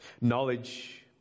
Knowledge